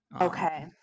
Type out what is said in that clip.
Okay